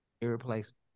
Irreplaceable